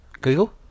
Google